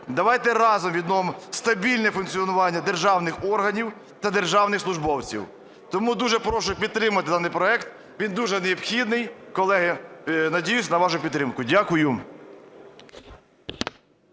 Давайте разом відновимо стабільне функціонування державних органів та державних службовців. Тому дуже прошу підтримати даний проект, він дуже необхідний. Колеги, надіюсь на вашу підтримку. Дякую.